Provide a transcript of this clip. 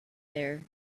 there